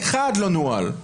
אחד לא נוהל.